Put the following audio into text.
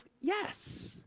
Yes